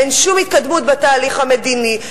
אין שום התקדמות בתהליך המדיני.